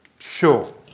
Sure